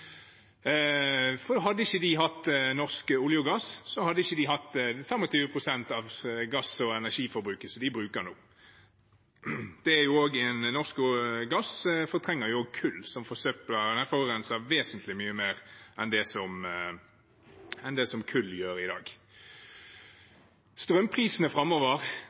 For hadde de ikke hatt norsk olje og gass, hadde de ikke hatt 25 pst. gass og det energiforbruket de har nå. Norsk gass fortrenger jo også kull, som forurenser vesentlig mye mer enn det som gass gjør i dag. Strømprisene framover